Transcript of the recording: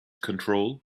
control